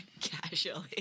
casually